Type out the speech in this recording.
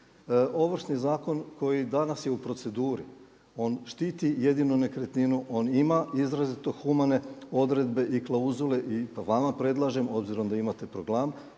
Ovršni zakon koji danas je u proceduri on štiti jedinu nekretninu, on ima izrazito humane odredbe i klauzule i vama predlažem obzirom da imate program